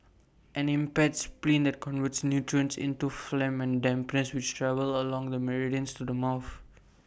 an impaired spleen then converts nutrients into phlegm and dampness which travel along the meridians to the mouth